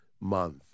month